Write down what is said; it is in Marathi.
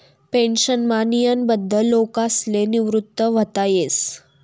पेन्शनमा नियमबद्ध लोकसले निवृत व्हता येस